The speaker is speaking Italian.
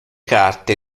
carte